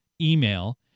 email